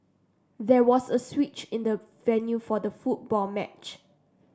there was a switch in the venue for the football match